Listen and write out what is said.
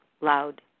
loud